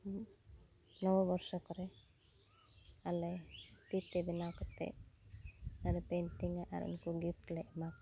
ᱱᱚᱵᱚᱵᱚᱨᱥᱚ ᱠᱚᱨᱮ ᱟᱞᱮ ᱛᱤᱼᱛᱮ ᱵᱮᱱᱟᱣ ᱠᱟᱛᱮᱫᱞᱮ ᱯᱮᱱᱴᱤᱝᱼᱟ ᱟᱨ ᱩᱱᱠᱩ ᱜᱤᱯᱷᱴᱞᱮ ᱮᱢᱟ ᱠᱚᱣᱟ